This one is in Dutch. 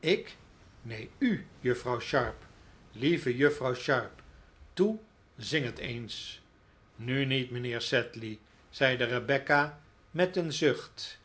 ik nee u juffrouw sharp lieve juffrouw sharp toe zing het eens nu niet mijnheer sedley zeide rebecca met een zucht